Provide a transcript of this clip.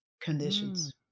conditions